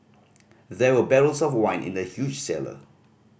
there were barrels of wine in the huge cellar